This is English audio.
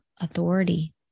authority